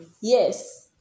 Yes